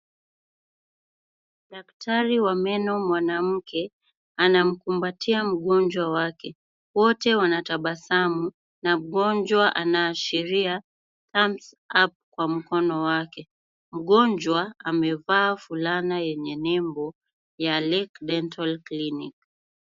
Daktari wa meno mwanamke anamkumbatia mgonjwa wake. Wote wanatabasamu, na mgonjwa anaashiria thumbs up kwa mkono wake. Mgonjwa amevaa fulana yenye nembo ya Lake Dental Clinic.